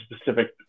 specific